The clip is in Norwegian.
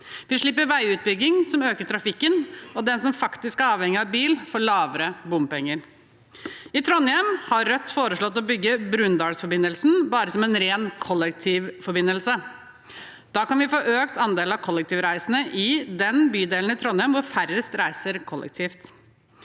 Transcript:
vi slipper veiutbygging som øker trafikken, og den som faktisk er avhengig av bil, får lavere bompengeavgifter. I Trondheim har Rødt foreslått å bygge Brundalsforbindelsen som en ren kollektivforbindelse. Da kan vi få økt andelen kollektivreisende i den bydelen i Trondheim hvor færrest reiser kollektivt.